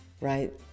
right